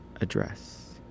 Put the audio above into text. address